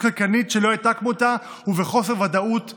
כלכלית שלא הייתה כמותה ובחוסר ודאות אדיר.